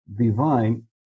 divine